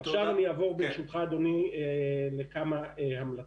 עכשיו אני אעבור לכמה המלצות.